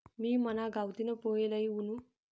मी मना गावतीन पोहे लई वुनू